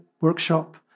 workshop